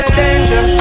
danger